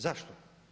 Zašto?